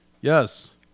Yes